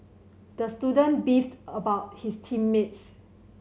the student beefed about his team mates